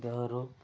ଦେହରୁ